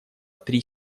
три